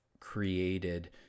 Created